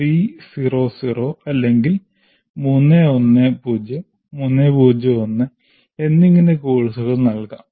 3 0 0 അല്ലെങ്കിൽ 3 1 0 3 0 1 എന്നിങ്ങനെ കോഴ്സുകൾ നൽകാം